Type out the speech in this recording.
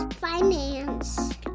finance